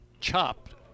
chopped